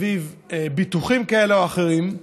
סביב ביטוחים כאלה או אחרים,